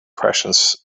precious